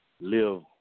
live